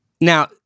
now